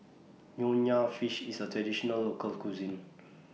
Nonya Fish IS A Traditional Local Cuisine